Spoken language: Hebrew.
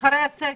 אחרי הסגר?